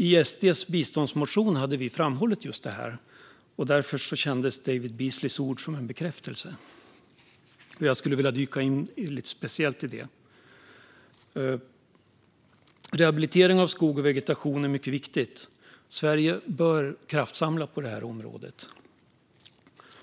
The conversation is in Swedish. I SD:s biståndsmotion hade vi framhållit just detta, och därför kändes David Beasleys ord som en bekräftelse. Jag skulle vilja dyka ned lite speciellt i detta. Rehabilitering av skog och vegetation är mycket viktigt. Sverige bör kraftsamla på detta område.